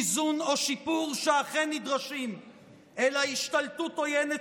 איזון או שיפור שאכן נדרשים אלא השתלטות עוינת